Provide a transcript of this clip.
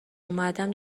اومدم